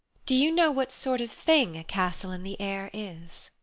do you know what sort of thing a castle in the air is?